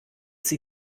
sie